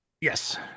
Yes